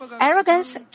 Arrogance